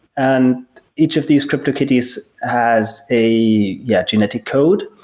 and each of these cryptokitties has a yeah genetic code.